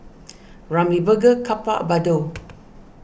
Ramly Burger Kappa Bardot